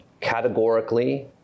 categorically